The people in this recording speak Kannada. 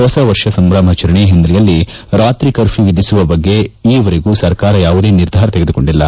ಹೊಸ ವರ್ಷ ಸಂಭ್ರಮಾಚರಣೆ ಹಿನ್ನಲೆಯಲ್ಲಿ ರಾತ್ರಿ ಕರ್ಮ್ಲೂ ವಿಧಿಸುವ ಬಗ್ಗೆ ಈವರೆಗೆ ಸರ್ಕಾರ ಯಾವುದೇ ನಿರ್ಧಾರ ತೆಗೆದುಕೊಂಡಿಲ್ಲ